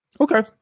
okay